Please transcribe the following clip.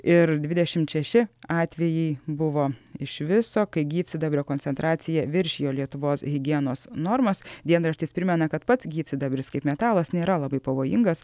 ir dvidešimt šeši atvejai buvo iš viso kai gyvsidabrio koncentracija viršijo lietuvos higienos normas dienraštis primena kad pats gyvsidabris kaip metalas nėra labai pavojingas